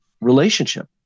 relationship